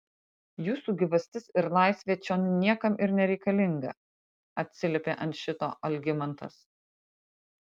jūsų gyvastis ir laisvė čion niekam ir nereikalinga atsiliepė ant šito algimantas